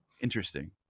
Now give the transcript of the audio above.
Interesting